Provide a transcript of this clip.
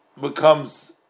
becomes